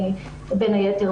בין היתר,